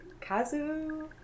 Kazu